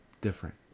different